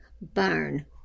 Barn